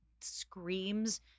screams